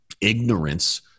ignorance